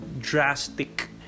drastic